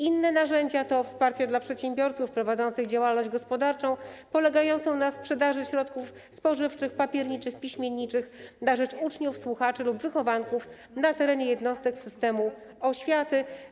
Inne narzędzia to wsparcie dla przedsiębiorców prowadzących działalność gospodarczą polegającą na sprzedaży środków spożywczych, papierniczych, piśmienniczych na rzecz uczniów, słuchaczy lub wychowanków na terenie jednostek systemu oświaty.